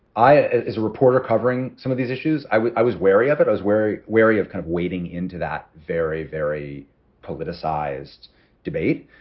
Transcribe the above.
i as a reporter covering some of these issues, i was i was wary of it. i was very wary of kind of wading into that very, very politicized debate.